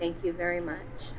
thank you very much